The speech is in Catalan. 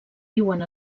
viuen